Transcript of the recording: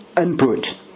input